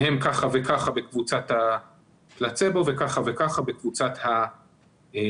מהם כך וכך בקבוצת הפלצבו וכך וכך בקבוצת החיסון.